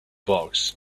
box